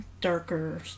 darker